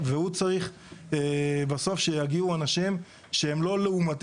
והוא צריך בסוף שיגיעו אנשים שהם לא לעומתיים.